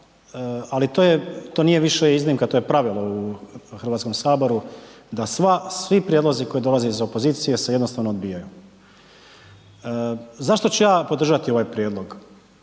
je, to nije više iznimka, to je pravilo u Hrvatskom saboru da sva, svi prijedlozi koji dolaze iz opozicije se jednostavno odbijaju. Zašto ću ja podržati ovaj Prijedlog?